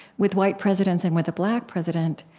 with white presidents and with a black president.